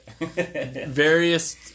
Various